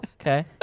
Okay